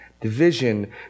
Division